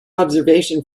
observation